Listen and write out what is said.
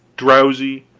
drowsy,